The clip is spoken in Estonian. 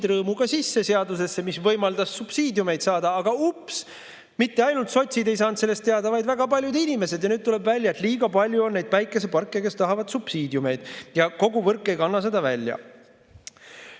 sisse selle seaduseaugu, mis võimaldas subsiidiume saada. Aga ups! – mitte ainult sotsid ei saanud sellest teada, vaid väga paljud inimesed, ja nüüd tuleb välja, et liiga palju on neid päikeseparke, mis tahavad subsiidiume, ja võrk ei kanna seda välja.